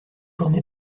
journée